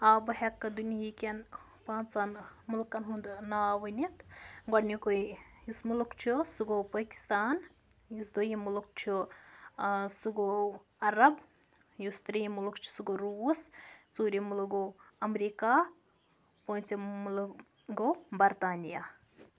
آ بہٕ ہٮ۪کہٕ دُنہیٖکٮ۪ن پانٛژَن مُلکَن ہُنٛد ناو ؤنِتھ گۄڈٕنیُکُے یُس ملک چھُ سُہ گوٚو پٲکِستان یُس دوٚیِم ملک چھُ سُہ گوٚو عرَب یُس ترٛیٚیِم ملک چھِ سُہ گوٚو روٗس ژوٗرِم ملک گوٚو اَمریکہ پٲنٛژِم ملک گوٚو برطانیہ